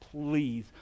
please